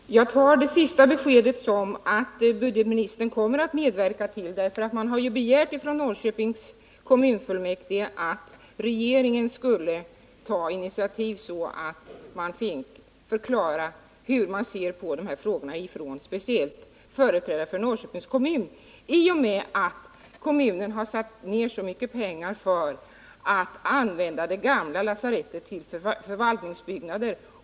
: Om utredning av Herr talman! Jag tar det sista beskedet som att regeringen kommer att medverka. Man har ju från Norrköpings kommunfullmäktige begärt att regeringen skulle ta initiativ till ett sammanträffande, så att man fick förklara hur speciellt företrädare för Norrköpings kommun ser på de här frågorna. Kommunen har avsatt mycket pengar för att använda det gamla lasarettets förvaltningsbyggnader.